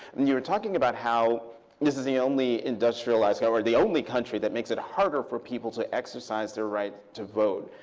and you were talking about how this is the only industrialized or the only country that makes it harder for people to exercise their right to vote.